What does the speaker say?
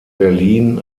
berlin